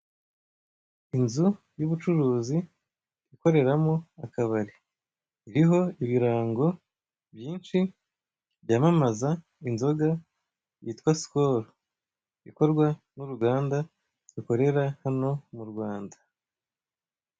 Inzu y'ubucuruzi ikoreramo akabari, iriho ibirango byinshi byamamaza inzoga yitwa sikoro ikorwa n'uruganda rukorera hano mu Rwanda.